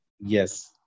Yes